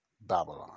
Babylon